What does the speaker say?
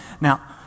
Now